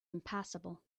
impassable